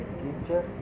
teacher